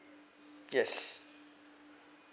yes